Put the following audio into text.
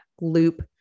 loop